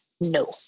No